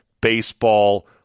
baseball